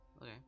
Okay